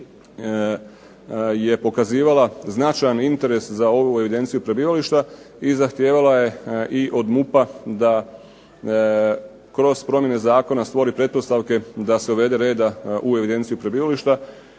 je pokazivala značajan interes za ovu evidenciju prebivališta i zahtijevala je i od MUP-a da kroz promjene zakona stvori pretpostavke da se uvede reda u evidenciju prebivališta.